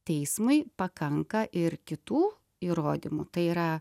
teismui pakanka ir kitų įrodymų tai yra